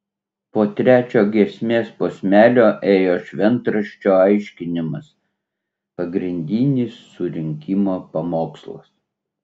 po trečio giesmės posmelio ėjo šventraščio aiškinimas pagrindinis surinkimo pamokslas